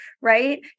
right